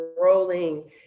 rolling